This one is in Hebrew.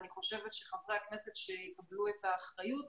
אני חושבת שחברי הכנסת שיקבלו את האחריות,